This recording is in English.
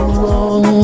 wrong